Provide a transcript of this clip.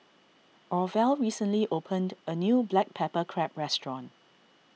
Orvel recently opened a new Black Pepper Crab restaurant